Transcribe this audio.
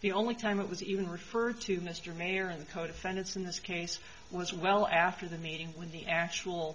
the only time it was even referred to mr mayor and co defendants in this case was well after the meeting when the actual